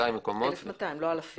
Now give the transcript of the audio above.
1,200 מקומות -- 1,200, לא אלפים.